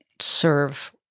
serve